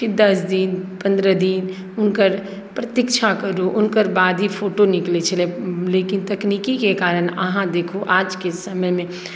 फिर दश दिन पन्द्रह दिन हुनकर प्रतीक्षा करु हुनकर बाद ही फोटो निकलैत छलै लेकिन तकनीकीके कारण अहाँ देखु आजके समयमे